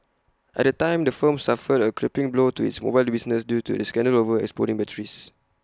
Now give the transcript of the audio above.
at the time the firm suffered A crippling blow to its mobile business due to the scandal over exploding batteries